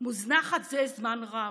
מוזנחת זה זמן רב.